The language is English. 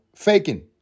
faking